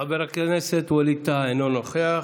חבר הכנסת ווליד טאהא, אינו נוכח.